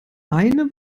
eine